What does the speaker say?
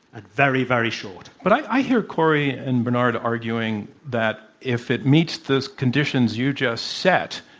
and very, very short. but i hear kori and bernard arguing that if it meets those conditions you just set,